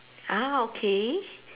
ah okay